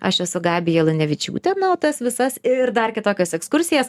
aš esu gabija lunevičiūtė na o tas visas ir dar kitokias ekskursijas